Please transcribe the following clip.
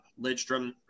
Lidstrom